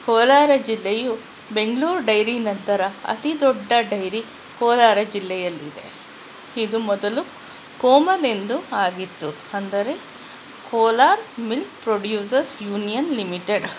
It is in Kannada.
ಕೋಲಾರ ಜಿಲ್ಲೆಯು ಬೆಂಗ್ಳೂರು ಡೈರಿ ನಂತರ ಅತಿ ದೊಡ್ಡ ಡೈರಿ ಕೋಲಾರ ಜಿಲ್ಲೆಯಲ್ಲಿದೆ ಇದು ಮೊದಲು ಕೋಮಲ್ ಎಂದು ಆಗಿತ್ತು ಅಂದರೆ Kolar milk producers union limited